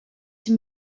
sie